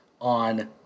on